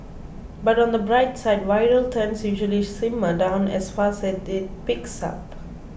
but on the bright side viral tends usually simmer down as fast as it peaks up